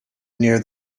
near